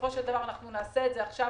בסופו של דבר נעשה את זה עכשיו,